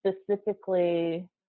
specifically